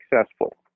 successful